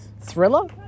Thriller